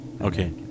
Okay